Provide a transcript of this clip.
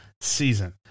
season